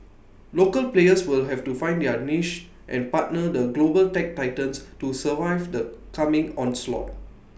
local players will have to find their niche and partner the global tech titans to survive the coming onslaught